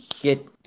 get